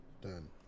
done